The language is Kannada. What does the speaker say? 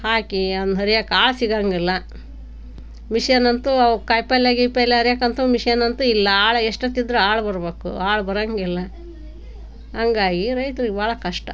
ಹಾಕಿ ಅದನ್ನು ಹರಿಯೋಕ್ ಆಳು ಸಿಗೋಂಗಿಲ್ಲ ಮಿಷನ್ ಅಂತೂ ಅವು ಕಾಯಿ ಪಲ್ಲೆ ಗೀಯ್ ಪಲ್ಲೆ ಹರಿಯೋಕ್ಕಂತೂ ಮಿಷನ್ ಅಂತೂ ಇಲ್ಲ ಆಳು ಎಷ್ಟೊತ್ತಿದ್ರೂ ಆಳು ಬರಬೇಕು ಆಳು ಬರೋಂಗಿಲ್ಲ ಹಾಗಾಗಿ ರೈತ್ರಿಗೆ ಭಾಳ ಕಷ್ಟ